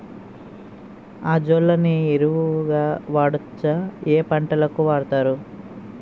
Azolla ని ఎరువు గా వాడొచ్చా? ఏ పంటలకు వాడతారు?